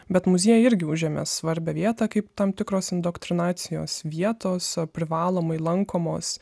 bet muziejai irgi užėmė svarbią vietą kaip tam tikros indoktrinacijos vietos a privalomai lankomos